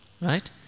right